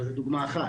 זו דוגמה אחת.